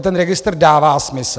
Ten registr dává smysl.